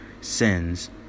sins